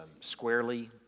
squarely